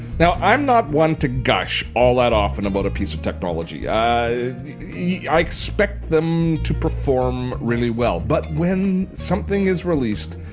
now i'm not one to gush all that often about a piece of technology. i yeah expect them to perform really well but when something is released,